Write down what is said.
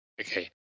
Okay